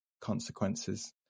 consequences